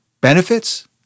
benefits